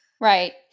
Right